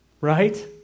right